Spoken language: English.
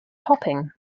hopping